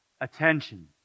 attention